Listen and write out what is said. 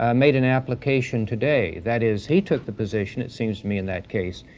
ah made an application today. that is, he took the position, it seems to me in that case,